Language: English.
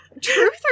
truth